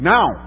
Now